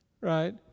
right